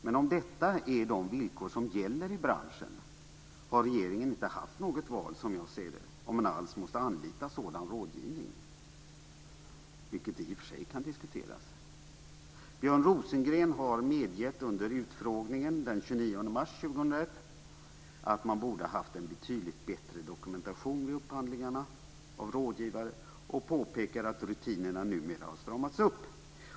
Men om detta är de villkor som gäller i branschen har regeringen inte haft något val, som jag ser det - om man alls måste anlita sådan rådgivning, vilket i och för sig kan diskuteras. Björn Rosengren har under utfrågningen den 29 mars 2001 medgivit att man borde ha haft en betydligt bättre dokumentation vid upphandlingarna av rådgivare och påpekar att rutinerna numera har stramats upp.